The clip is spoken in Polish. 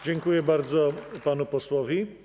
Dziękuję bardzo, panu posłowi.